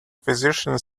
physician